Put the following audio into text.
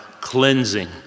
cleansing